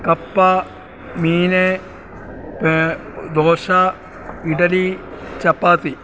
കപ്പ മീൻ ദോശ ഇഡലി ചപ്പാത്തി